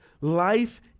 Life